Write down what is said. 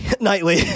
Nightly